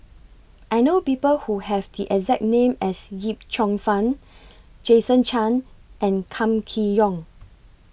I know People Who Have The exact name as Yip Cheong Fun Jason Chan and Kam Kee Yong